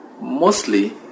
Mostly